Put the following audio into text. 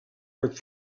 with